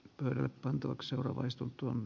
prrr pantavaksi oravaistuttuaan